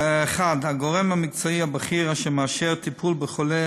1. הגורם המקצועי הבכיר אשר מאשר טיפול בחולה